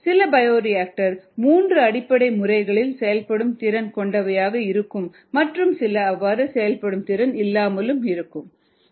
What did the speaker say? சில பயோரியாக்டர்கள் 3 அடிப்படை முறைகளிலும் செயல்படும் திறன் கொண்டவையாக இருக்கும் மற்றும் சில அவ்வாறு செயல்படும் திறன் இல்லாமல் இருக்கும்